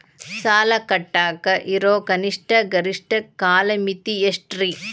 ಸಾಲ ಕಟ್ಟಾಕ ಇರೋ ಕನಿಷ್ಟ, ಗರಿಷ್ಠ ಕಾಲಮಿತಿ ಎಷ್ಟ್ರಿ?